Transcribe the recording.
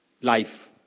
life